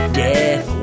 death